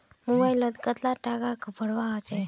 Mobile लोत कतला टाका भरवा होचे?